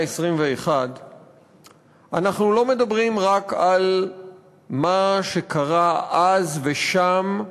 ה-21 אנחנו לא מדברים רק על מה שקרה אז ושם,